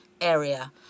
area